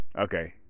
Okay